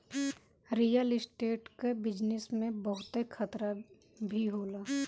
real estate कअ business में बहुते खतरा भी होला